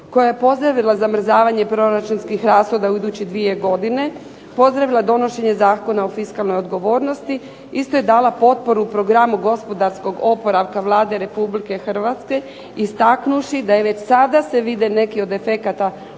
koja je pozdravila zamrzavanje proračunskih rashoda u idućih dvije godine, pozdravila donošenje Zakona o fiskalnoj odgovornosti, isto je dala potporu programu gospodarskog oporavka Vlade Republike Hrvatske, istaknuvši da je već sada se vide neki od efekata